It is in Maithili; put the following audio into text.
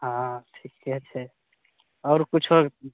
हँ ठीके छै आओर किछु